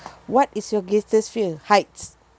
what is your greatest fear heights